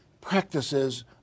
practices